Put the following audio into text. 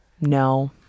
No